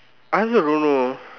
I also don't know